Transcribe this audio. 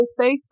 Facebook